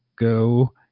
go